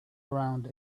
around